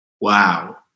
Wow